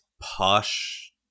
posh